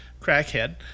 crackhead